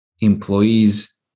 employees